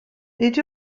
nid